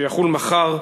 שיחול מחר,